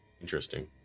Interesting